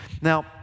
Now